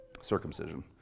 Circumcision